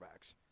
quarterbacks